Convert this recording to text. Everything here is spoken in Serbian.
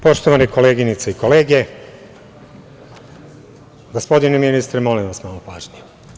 Poštovane koleginice i kolege, gospodine ministre, molim vas malo pažnje.